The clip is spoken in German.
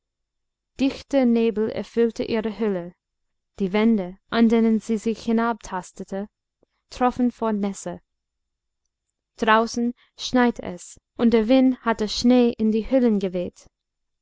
dichter nebel erfüllte ihre höhle die wände an denen sie sich hinabtastete troffen vor nässe draußen schneite es und der wind hatte schnee in die höhlen geweht